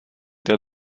der